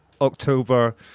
October